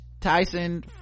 Tyson